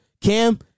Cam